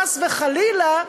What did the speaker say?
חס וחלילה,